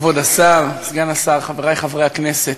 כבוד השר, סגן השר, חברי חברי הכנסת,